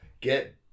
get